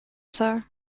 sir